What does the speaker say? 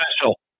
special